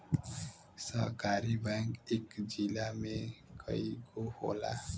सहकारी बैंक इक जिला में कई गो होला